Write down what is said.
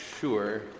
sure